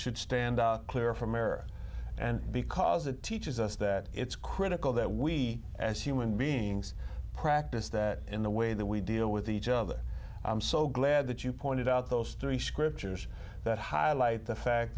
should stand clear from error and because it teaches us that it's critical that we as human beings practice that in the way that we deal with each other i'm so glad that you pointed out those three scriptures that highlight the fact